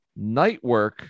Nightwork